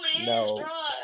no